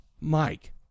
Mike